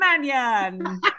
Mannion